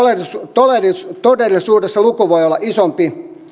todellisuudessa todellisuudessa luku voi olla isompi